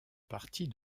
partie